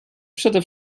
przede